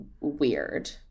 weird